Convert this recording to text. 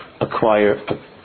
acquire